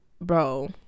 bro